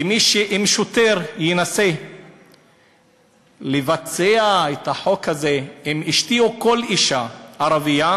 אם שוטר ינסה לבצע את החוק הזה עם אשתי או כל אישה ערבייה,